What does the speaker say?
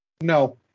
No